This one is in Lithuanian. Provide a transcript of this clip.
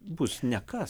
bus nekas